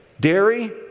dairy